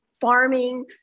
farming